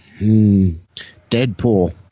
Deadpool